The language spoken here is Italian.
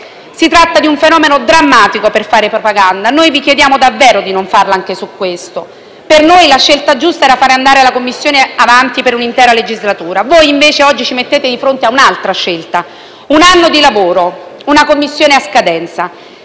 si tratta di un fenomeno drammatico per fare propaganda e vi chiediamo davvero di non farla anche su questo. Per noi la scelta giusta era far andare avanti la Commissione per l'intera legislatura. Invece voi ci mettete di fronte a un'altra scelta: un anno di lavoro, una Commissione a scadenza.